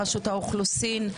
רשות האוכלוסין,